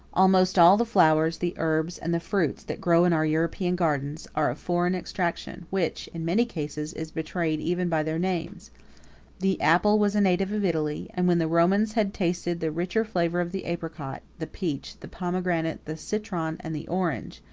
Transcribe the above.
almost all the flowers, the herbs, and the fruits, that grow in our european gardens, are of foreign extraction, which, in many cases, is betrayed even by their names the apple was a native of italy, and when the romans had tasted the richer flavor of the apricot, the peach, the pomegranate, the citron, and the orange,